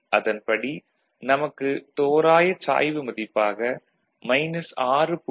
அதன்படி நமக்கு தோராயச் சாய்வு மதிப்பாக மைனஸ் 6